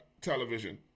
television